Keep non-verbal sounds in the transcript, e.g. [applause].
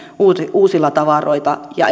uusilla tavaroilla ja [unintelligible]